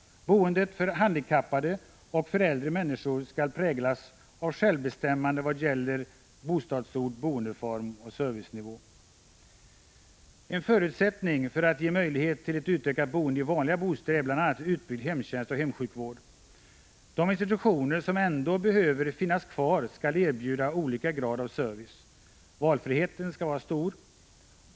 Boendet för handikappade och för äldre människor skall präglas av självbestämmande vad gäller bostadsort, boendeform och servicenivå. En förutsättning för att ge möjlighet till ett utökat boende i vanliga bostäder är bl.a. en utbyggd hemtjänst och hemsjukvård. De institutioner som ändå behöver finnas kvar skall erbjuda olika grad av service. Valfriheten skall vara stor.